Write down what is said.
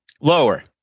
Lower